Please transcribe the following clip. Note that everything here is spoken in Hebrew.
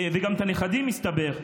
וגם את הנכדים, מסתבר,